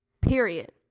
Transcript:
period